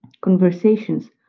conversations